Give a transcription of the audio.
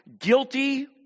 guilty